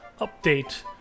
update